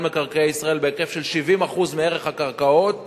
מקרקעי ישראל בהיקף של 70% מערך הקרקעות